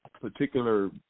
particular